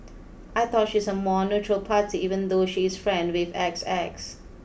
I thought she's a more neutral party even though she is friend with X X